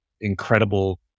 incredible